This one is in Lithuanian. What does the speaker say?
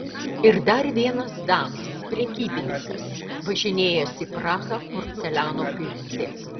ir dar vienas danas prekybininkas važinėjęs į prahą porceliano pirkti